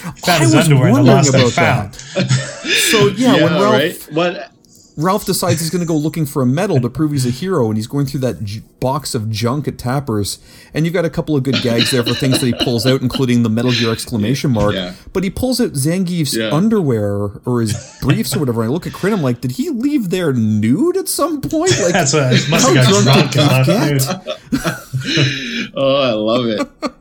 He found I his was underwear in the wondering lost and about that. found. So, yeah, Yeah, when all Ralph- right. What- Ralph decides he's gonna go looking for a medal to prove he's a hero, and he's going through that j- box of junk at Tapper's, and you've got a couple of good gags there for things that he pulls out, including the Metal Gear exclamation Yeah, mark, yeah. but he pulls out Zangief's Yeah. underwear or his briefs or whatever, and I look at Corinne, I'm like, "Did he leave there nude at some point? Like, That's what I- must how have got drunk drunk did and he left get?" nude. Oh, I love it.